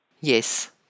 Yes